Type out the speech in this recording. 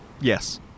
Yes